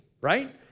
right